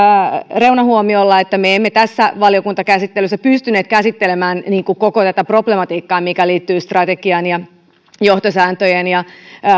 reunahuomiolla että me emme tässä valiokuntakäsittelyssä pystyneet käsittelemään koko tätä problematiikkaa mikä liittyy strategian ja johtosääntöjen ja